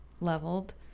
leveled